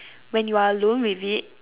when you are alone with it